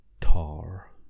tar